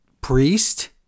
priest